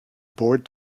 bored